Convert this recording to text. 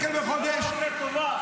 -- מקבלים משכורת 40,000 שקל בחודש,